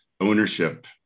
ownership